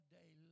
day